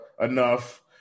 enough